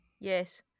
Yes